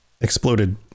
exploded